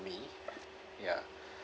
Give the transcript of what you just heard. me ya